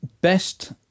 Best